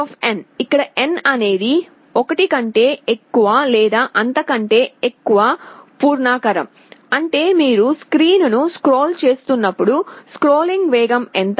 setSpeed ఇక్కడ n అనేది 1 కంటే ఎక్కువ లేదా అంతకంటే ఎక్కువ పూర్ణాంకం అంటే మీరు స్క్రీన్ను స్క్రోల్ చేస్తున్నప్పుడు స్క్రోలింగ్ వేగం ఎంత